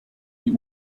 die